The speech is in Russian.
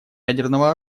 ядерного